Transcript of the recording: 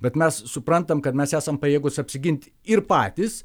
bet mes suprantam kad mes esam pajėgūs apsigint ir patys